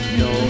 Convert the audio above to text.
no